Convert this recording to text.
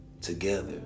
together